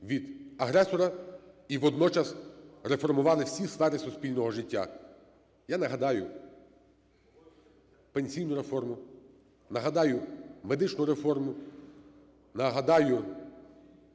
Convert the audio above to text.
від агресора і водночас реформували всі сфери суспільного життя. Я нагадаю пенсійну реформу, нагадаю медичну реформу, нагадаю